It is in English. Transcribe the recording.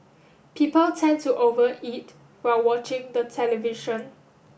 people tend to over eat while watching the television